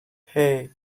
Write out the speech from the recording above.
hey